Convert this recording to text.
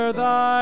thy